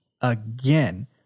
again